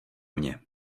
mně